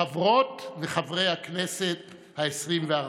חברות וחברי הכנסת העשרים-וארבע,